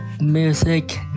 music